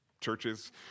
churches